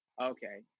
Okay